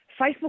Facebook